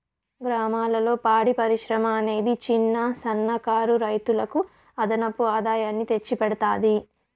గ్రామాలలో పాడి పరిశ్రమ అనేది చిన్న, సన్న కారు రైతులకు అదనపు ఆదాయాన్ని తెచ్చి పెడతాది